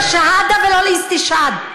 לא לשהאדה ולא לאסתשהד.